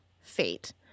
fate